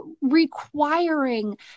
requiring